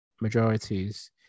majorities